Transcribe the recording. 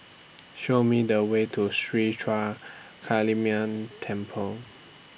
Show Me The Way to Sri Ruthra Kaliamman Temple